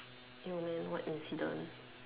yo man what incident